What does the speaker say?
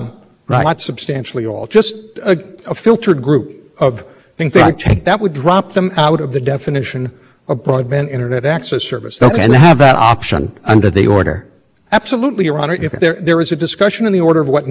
other parties expressive conduct web web content and they are not themselves in so far as they are engaged in this business broadband internet access service of being expressive entities are gauging but yeah i mean there are